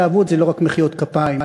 התלהבות זה לא רק מחיאות כפיים,